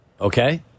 Okay